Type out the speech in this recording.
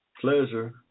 pleasure